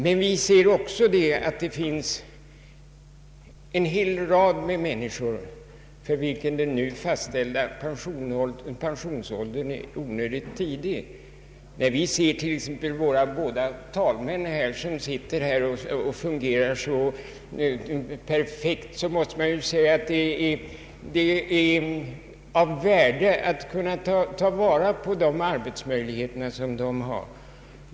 Men vi anser också att det finns en hel rad människor, för vilka den nu fastställda pensionsåldern är onödigt låg. När vi t.ex. ser våra talmän fungera så perfekt som de här gör, måste vi konstatera att det är av stort värde att kunna ta vara på den arbetskapacitet som de har.